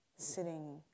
sitting